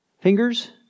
fingers